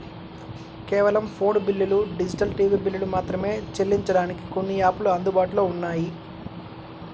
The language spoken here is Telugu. కేవలం ఫోను బిల్లులు, డిజిటల్ టీవీ బిల్లులు మాత్రమే చెల్లించడానికి కొన్ని యాపులు అందుబాటులో ఉన్నాయి